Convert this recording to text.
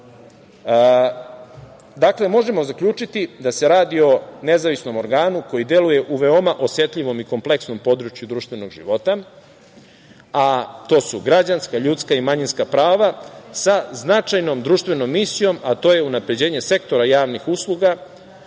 uprave. Dakle, možemo zaključiti da se radi o nezavisnom organu, koji deluje u veoma osetljivom i kompleksnom području društvenog života, a to su građanska, ljudska i manjinska prava, sa značajnom društvenom misijom, a to je unapređenje sektora javnih usluga